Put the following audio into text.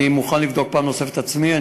אני מוכן לבדוק פעם נוספת את עצמי,